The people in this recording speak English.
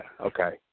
okay